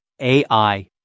AI